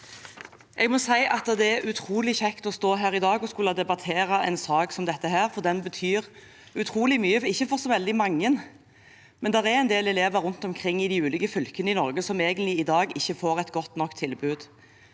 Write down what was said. Jeg må si at det er utrolig kjekt å stå her i dag og skulle debattere en sak som denne, for den betyr utrolig mye for ikke så veldig mange, men for en del elever rundt omkring i de ulike fylkene i Norge som i dag egentlig ikke får et godt nok tilbud.